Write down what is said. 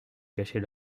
cacher